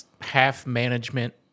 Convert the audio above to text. half-management